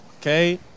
Okay